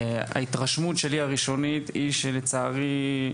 ההתרשמות שלי הראשונית היא שלצערי,